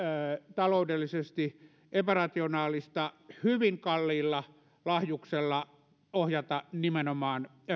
taloudellisesti epärationaalista hyvin kalliilla lahjuksella ohjata nimenomaan